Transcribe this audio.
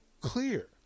clear